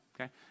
okay